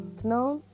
known